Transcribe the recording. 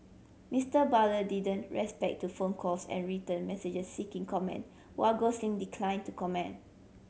Mister Barlow didn't respect to phone calls and written messages seeking comment while Gosling declined to comment